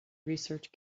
research